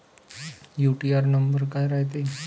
UTR number काय रायते?